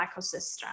ecosystem